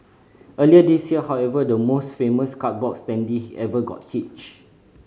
earlier this year however the most famous cardboard standee ever got hitched